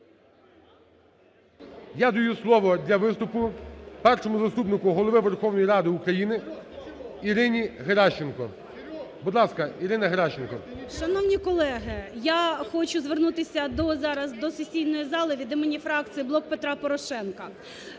я даю слово для виступу Першому заступнику Голови Верховної Ради України Ірині Геращенко. Будь ласка, Ірина Геращенко. 18:46:20 ГЕРАЩЕНКО І.В. Шановні колеги, я хочу звернутися зараз до сесійної зали від імені фракції "Блок Петра Порошенка".